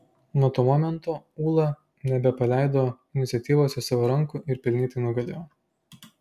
nuo to momento ūla nebepaleido iniciatyvos iš savo rankų ir pelnytai nugalėjo